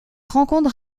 rencontre